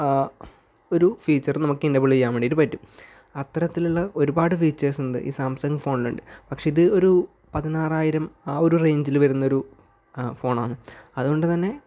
ഒരു ഫീച്ചർ നമുക്ക് എനേബിള് ചെയ്യാൻ വേണ്ടിയിട്ട് പറ്റും അത്തരത്തിലുള്ള ഒരുപാട് ഫീച്ചേഴ്സ് ഉണ്ട് ഈ സാംസങ് ഫോണിലുണ്ട് പക്ഷേ ഇത് ഒരു പതിനാറായിരം ആ ഒരു റേഞ്ചിൽ വരുന്ന ഒരു ആ ഫോണാണ് അതുകൊണ്ടു തന്നെ